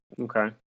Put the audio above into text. Okay